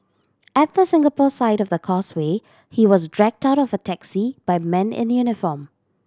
at the Singapore side of the Causeway he was dragged out of a taxi by men in uniform